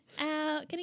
Out